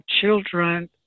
children